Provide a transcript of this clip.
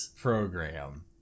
program